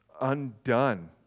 undone